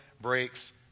breaks